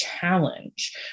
challenge